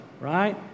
right